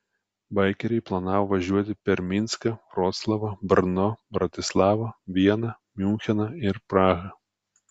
baikeriai planavo važiuoti per minską vroclavą brno bratislavą vieną miuncheną ir prahą